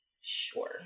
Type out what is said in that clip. sure